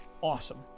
awesome